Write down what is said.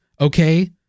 Okay